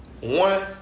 one